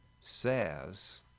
says